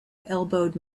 elbowed